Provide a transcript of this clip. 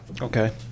Okay